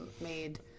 made